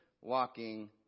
walking